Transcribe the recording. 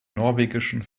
norwegischen